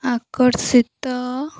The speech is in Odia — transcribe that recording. ଆକର୍ଷିତ